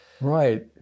right